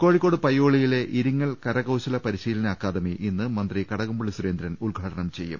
കോഴിക്കോട് പയ്യോളിയിലെ ഇരിങ്ങൽ കരക്കൌശല പരിശീലന അക്കാദമി ഇന്ന് മന്ത്രി കടകംപളളി സുരേന്ദ്രൻ ഉദ്ഘാടനം ചെയ്യും